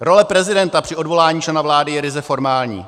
Role prezidenta při odvolání člena vlády je ryze formální.